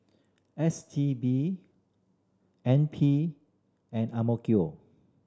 S T B N P and Ang Mo Kio